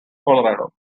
colorado